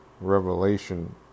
Revelation